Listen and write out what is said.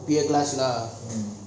beer last ah